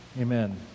Amen